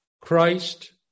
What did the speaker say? Christ